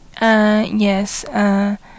Yes